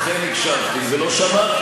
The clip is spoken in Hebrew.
אכן הקשבתי, ולא שמעתי.